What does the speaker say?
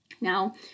Now